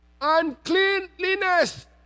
Uncleanliness